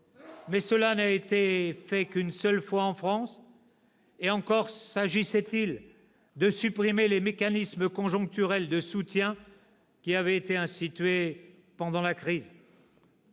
Mais cela n'a été fait qu'une seule fois en France. Encore s'agissait-il de supprimer les mécanismes conjoncturels de soutien qui avaient été institués pendant la crise.